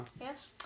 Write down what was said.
Yes